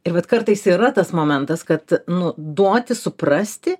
ir bet kartais yra tas momentas kad nu duoti suprasti